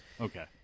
Okay